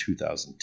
2010